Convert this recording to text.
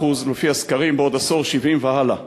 66% לפי הסקרים, בעוד עשור, 70% והלאה.